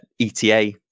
ETA